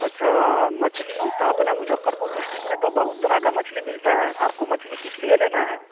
अच्छा मछली तो अपना मुज़फ़्फ़रपुर डिस्टिक में तो बहुत तरह का मछली मिलता है आपको मछली किस लिए लेना है